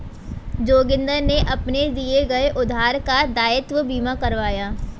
जोगिंदर ने अपने दिए गए उधार का दायित्व बीमा करवाया